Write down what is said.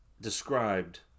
described